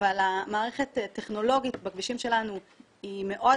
אבל המערכת הטכנולוגית בכבישים שלנו היא מאוד